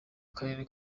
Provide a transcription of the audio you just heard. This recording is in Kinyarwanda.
karere